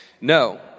No